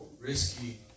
risky